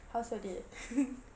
how's your day